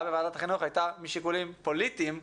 בוועדת החינוך הייתה משיקולים פוליטיים.